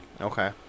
Okay